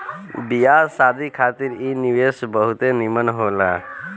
बियाह शादी खातिर इ निवेश बहुते निमन होला